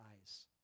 eyes